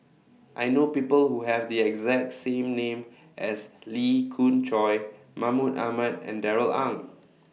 I know People Who Have The exact same name as Lee Khoon Choy Mahmud Ahmad and Darrell Ang